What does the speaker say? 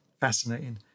fascinating